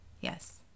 yes